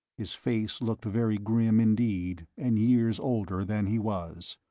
his face looked very grim indeed, and years older than he was.